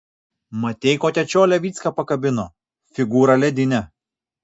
matei kokią čiolę vycka pakabino figūra ledinė